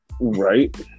Right